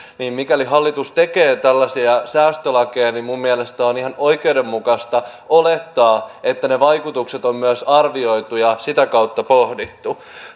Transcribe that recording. miehiin mikäli hallitus tekee tällaisia säästölakeja niin minun mielestäni on ihan oikeudenmukaista olettaa että ne vaikutukset on myös arvioitu ja sitä kautta pohdittu